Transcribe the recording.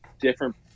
different